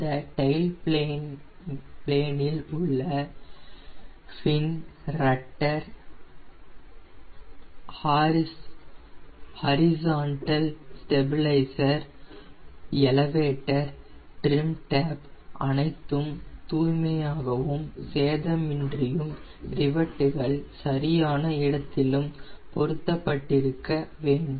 இந்த டைல் பிளேனில் உள்ள fin rudder horizontal stabiliser elevator trim tab அனைத்தும் தூய்மையாகவும் சேதமின்றியும் ரிவெட்கள் சரியான இடத்திலும் பொருத்தப்பட்டிருக்கவேண்டும்